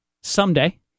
someday